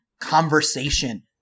conversation